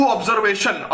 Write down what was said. Observation